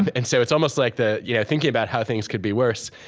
and so it's almost like the you know thinking about how things could be worse,